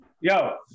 yo